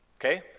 Okay